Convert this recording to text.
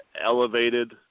elevated